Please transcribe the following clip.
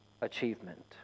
achievement